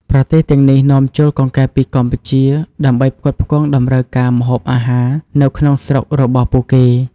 ប្រទេសទាំងនេះនាំចូលកង្កែបពីកម្ពុជាដើម្បីផ្គត់ផ្គង់តម្រូវការម្ហូបអាហារនៅក្នុងស្រុករបស់ពួកគេ។